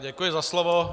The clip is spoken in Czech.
Děkuji za slovo.